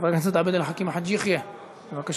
חבר הכנסת עבד אל חכים חאג' יחיא, בבקשה,